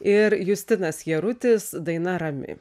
ir justinas jarutis daina rami